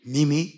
Mimi